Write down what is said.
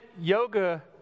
yoga